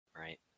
right